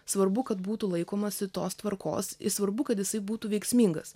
svarbu kad būtų laikomasi tos tvarkos ir svarbu kad jisai būtų veiksmingas